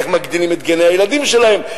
איך מגדילים את גני-הילדים שלהם,